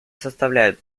составляют